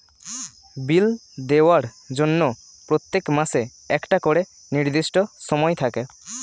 বিল দেওয়ার জন্য প্রত্যেক মাসে একটা করে নির্দিষ্ট সময় থাকে